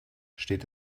steht